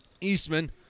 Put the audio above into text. Eastman